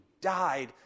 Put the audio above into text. died